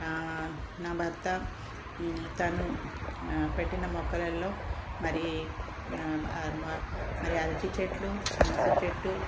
నా భర్త తను పెట్టిన మొక్కలలో మరి మ మరి అరటి చెట్లు పనస చెట్టు